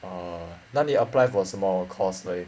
ah 那你 apply for 什么 course leh